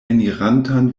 enirantan